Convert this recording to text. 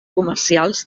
comercials